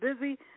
busy